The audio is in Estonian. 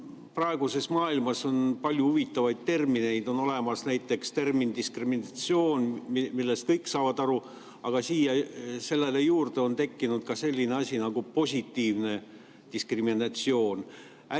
praeguses maailmas on palju huvitavaid termineid. On olemas näiteks termin "diskriminatsioon", millest kõik saavad aru, aga sellele juurde on tekkinud ka selline asi nagu "positiivne diskriminatsioon".